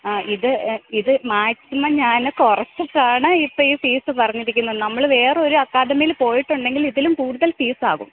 ആ ഇത് ഇത് മാക്സിമം ഞാൻ കുറച്ചിട്ടാണ് ഇപ്പോൾ ഈ ഫീസ് പറഞ്ഞിരിക്കുന്നത് നമ്മൾ വേറെ ഒരു അക്കാദമിയിൽ പോയിട്ടുണ്ടെങ്കിൽ ഇതിലും കൂടുതൽ ഫീസാകും